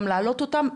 גם להעלות אותם.